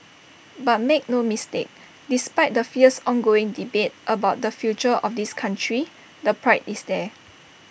but make no mistake despite the fierce ongoing debate about the future of this country the pride is there